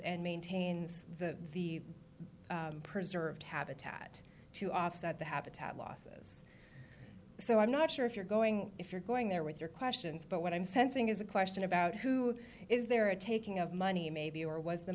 and maintains the the preserved habitat to offset the habitat losses so i'm not sure if you're going if you're going there with your questions but what i'm sensing is a question about who is there a taking of money maybe or was the